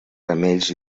ramells